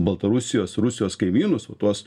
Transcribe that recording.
baltarusijos rusijos kaimynus va tuos